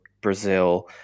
Brazil